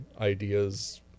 ideas